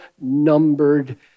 numbered